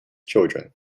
children